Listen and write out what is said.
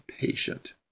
patient